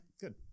Good